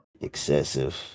excessive